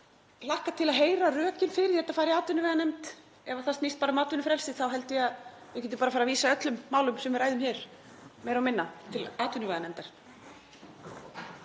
hlakka til að heyra rökin fyrir því að málið fari í atvinnuveganefnd. Ef það snýst bara um atvinnufrelsi þá held ég að við getum bara farið að vísa öllum málum sem við ræðum hér meira og minna til atvinnuveganefndar.